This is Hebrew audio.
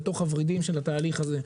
לתוך הוורידים של התהליך הזה.